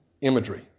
Imagery